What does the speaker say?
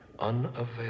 unavailable